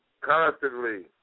Constantly